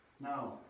Now